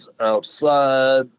outside